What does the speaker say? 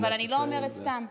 אבל אני לא אומרת סתם.